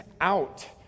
out